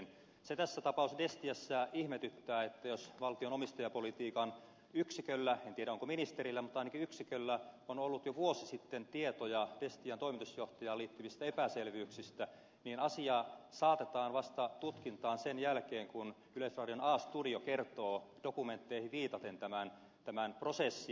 se tässä tapaus destiassa ihmetyttää että jos valtion omistajapolitiikan yksiköllä en tiedä onko ministerillä mutta ainakin yksiköllä on ollut jo vuosi sitten tietoja destian toimitusjohtajaan liittyvistä epäselvyyksistä niin asia saatetaan tutkintaan vasta sen jälkeen kun yleisradion a studio kertoo dokumentteihin viitaten tämän prosessin